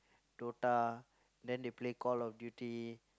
Dota then they play Call-of-Duty